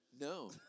No